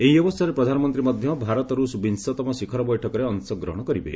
ଏହି ଅବସରରେ ପ୍ରଧାନମନ୍ତ୍ରୀ ମଧ୍ୟ ଭାରତ ରୁଷ ବିଂଶତମ ଶିଖର ବୈଠକରେ ଅଂଶଗ୍ରହଣ କରିବେ